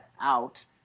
out